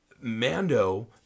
Mando